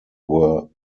were